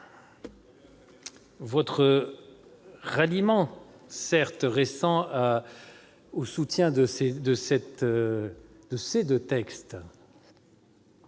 votre ralliement, certes récent, au soutien de ces deux textes